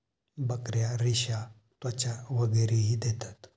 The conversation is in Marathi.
बकऱ्या रेशा, त्वचा वगैरेही देतात